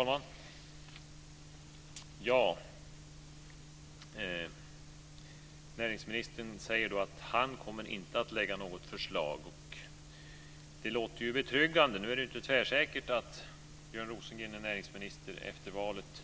Fru talman! Näringsministern säger att han inte kommer att lägga fram något förslag. Det låter betryggande. Nu är det inte tvärsäkert att Björn Rosengren är näringsminister efter valet